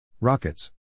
Rockets